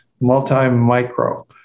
Multi-Micro